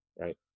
right